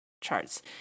charts